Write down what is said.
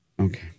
Okay